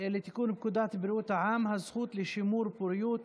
לתיקון פקודת בריאות העם (הזכות לשימור פוריות)